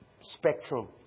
spectrum